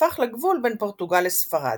שהפך לגבול בין פורטוגל לספרד.